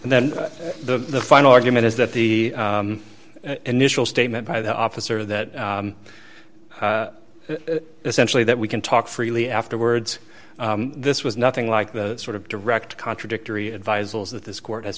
and then the final argument is that the initial statement by the officer that essentially that we can talk freely afterwards this was nothing like the sort of direct contradictory advice that this court has